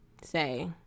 say